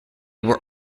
were